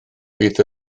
fydd